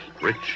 rich